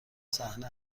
صحنه